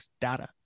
data